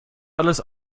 alles